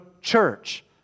church